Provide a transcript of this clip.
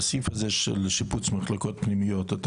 בסעיף הזה של שיפוץ מחלקות פנימיות אתה